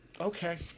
Okay